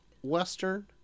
western